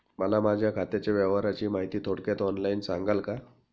मला माझ्या खात्याच्या व्यवहाराची माहिती थोडक्यात ऑनलाईन सांगाल का?